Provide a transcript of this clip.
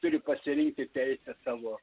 turi pasirinkti teisę savo